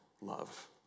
love